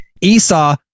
esau